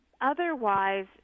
Otherwise